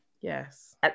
Yes